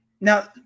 Now